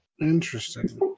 Interesting